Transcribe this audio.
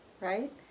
right